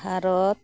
Bharat